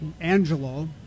Angelo